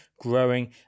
growing